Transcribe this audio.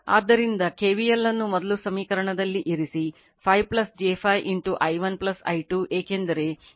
ಆದ್ದರಿಂದ KVL ಅನ್ನು ಮೊದಲ ಸಮೀಕರಣದಲ್ಲಿ ಇರಿಸಿ 5 j 5 i1 i2 ಏಕೆಂದರೆ ಇಲ್ಲಿ ಇದು i2 ಮತ್ತು ಇದು i1 ಆಗಿದೆ